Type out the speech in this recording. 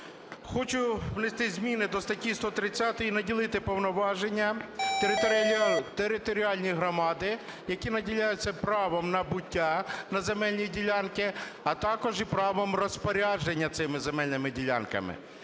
Хочу внести зміни до статті 130 і наділити повноваженням територіальні громади, які наділяються правом набуття на земельні ділянки, а також і правом розпорядження цими земельними ділянками.